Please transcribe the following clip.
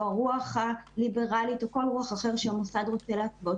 הרוח הליברלית או כל רוח אחרת שהמוסד רוצה להתוות.